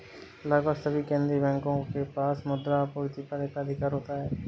लगभग सभी केंदीय बैंकों के पास मुद्रा आपूर्ति पर एकाधिकार होता है